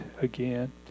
again